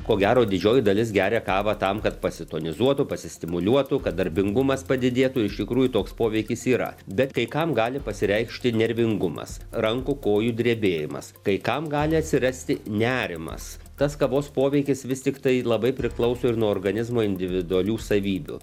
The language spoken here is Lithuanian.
ko gero didžioji dalis geria kavą tam kad pasitonizuotų pasistimuliuotų kad darbingumas padidėtų iš tikrųjų toks poveikis yra bet kai kam gali pasireikšti nervingumas rankų kojų drebėjimas kai kam gali atsirasti nerimas tas kavos poveikis vis tiktai labai priklauso ir nuo organizmo individualių savybių